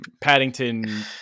Paddington